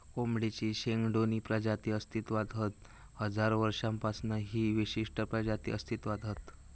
कोंबडेची शेकडोनी प्रजाती अस्तित्त्वात हत हजारो वर्षांपासना ही विशिष्ट प्रजाती अस्तित्त्वात हत